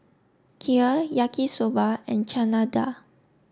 kheer Yaki Soba and Chana Dal